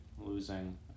losing